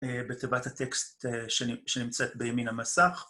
בתיבת הטקסט שנמצאת בימין המסך.